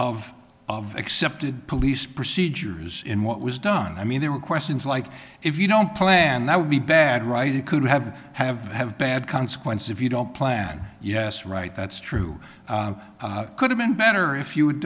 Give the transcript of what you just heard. of of accepted police procedures in what was done i mean there are questions like if you don't plan that would be bad right it could have have have bad consequences if you don't plan yes right that's true could have been better if you